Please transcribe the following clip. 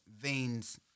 veins